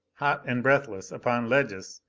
hot and breathless, upon ledges,